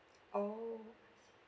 orh I see